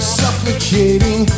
suffocating